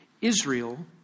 Israel